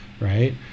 right